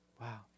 Wow